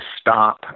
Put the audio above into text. stop